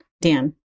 Dan